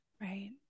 Right